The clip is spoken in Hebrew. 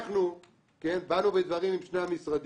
אנחנו באנו בדברים עם שני המשרדים.